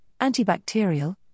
antibacterial